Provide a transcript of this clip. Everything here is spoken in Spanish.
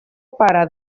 para